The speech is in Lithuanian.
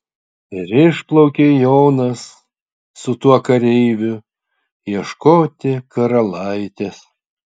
ir išplaukė jonas su tuo kareiviu ieškoti karalaitės